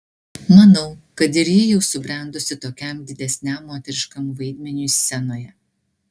manau kad ir ji jau subrendusi tokiam didesniam moteriškam vaidmeniui scenoje